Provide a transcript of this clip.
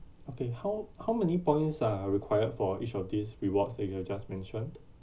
okay how how many points are required for each of these rewards that you have just mentioned